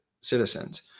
citizens